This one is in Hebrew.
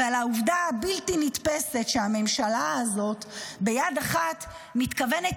ועל העובדה הבלתי-נתפסת שהממשלה הזאת ביד אחת מתכוונת